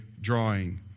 drawing